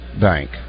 bank